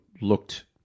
looked